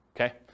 okay